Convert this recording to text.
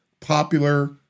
Popular